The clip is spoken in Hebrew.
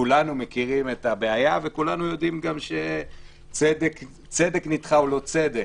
כולנו מכירים את הבעיה וכולנו יודעים גם שצדק נדחה הוא לא צדק.